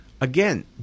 Again